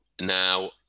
now